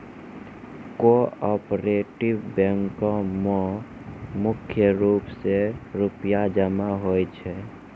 cooperative बैंको म मुख्य रूप से रूपया जमा होय छै